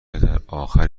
درآخر